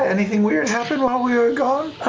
anything weird happen while we were gone?